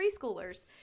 preschoolers